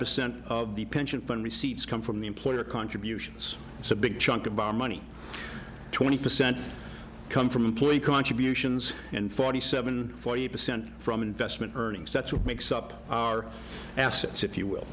percent of the pension fund receipts come from the employer contributions so a big chunk of our money twenty percent come from employee contributions and forty seven percent from investment earnings that's what makes up our assets if you will